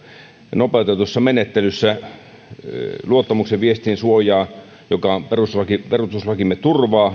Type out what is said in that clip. nopeutetussa menettelyssä muutosta luottamuksellisen viestin suojaan joka on perustuslakimme turvaa